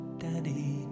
daddy